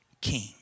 king